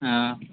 অ